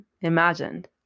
imagined